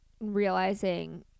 realizing